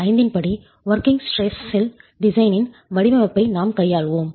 1905 இன் படி working stress டிசைனின் வடிவமைப்பை நாம் கையாள்வோம்